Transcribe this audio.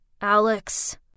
Alex